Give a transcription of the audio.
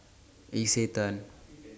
Isetan